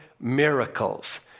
miracles